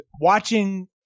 watching